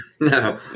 No